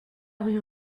rue